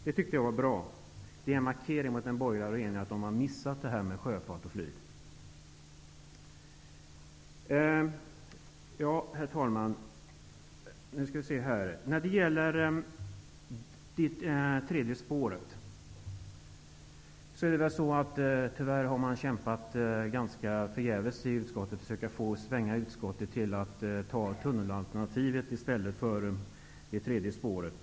Det som sägs i motionen är bra, och det är en markering gentemot den borgerliga regeringen som har missat det här med sjöfart och flyg. Herr talman! Så några ord om det s.k. tredje spåret genom Stockholm. Tyvärr har man kämpat ganska så förgäves med att få utskottet att svänga och ta tunnelalternativet i stället för det tredje spåret.